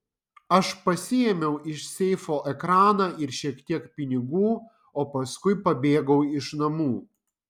aš pasiėmiau iš seifo ekraną ir šiek tiek pinigų o paskui pabėgau iš namų